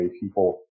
people